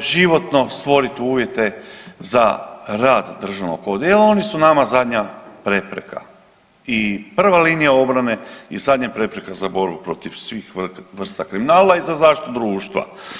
životno stvoriti uvjete za rad DORH-a, a oni su nama zadnja prepreka i prva linija obrane i zadnja prepreka za borbu protiv svih vrsta kriminala i za zaštitu društva.